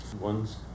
one's